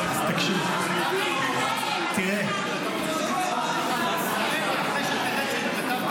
התקשרת --- כתבת לו בווטסאפ שאתה רוצה שאני אחזור אליך